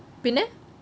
பின்ன:pinne